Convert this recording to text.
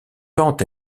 tant